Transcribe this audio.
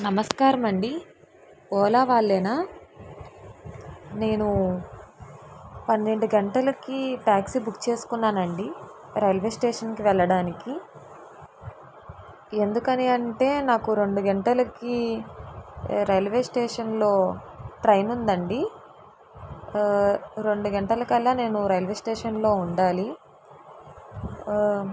నమస్కారమండి ఓలా వాళ్లేనా నేను పన్నెండు గంటలకి ట్యాక్సీ బుక్ చేసుకున్నానండి రైల్వే స్టేషన్కి వెళ్లడానికి ఎందుకని అంటే నాకు రెండు గంటలకి రైల్వే స్టేషన్లో ట్రైన్ ఉందండి రెండు గంటల కల్లా నేను రైల్వేస్టేషన్లో ఉండాలి